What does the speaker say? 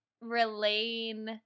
relaying